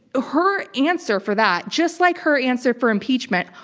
her answer for that, just like her answer for impeachment,